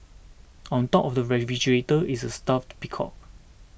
on top of the refrigerator is a stuffed peacock